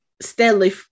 steadily